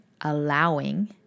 allowing